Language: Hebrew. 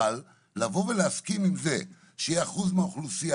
אבל לבוא ולהסכים עם זה שאחוז מהאוכלוסייה,